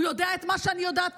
הוא יודע את מה שאני יודעת,